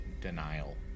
denial